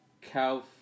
cow